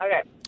Okay